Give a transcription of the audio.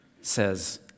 says